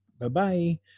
bye-bye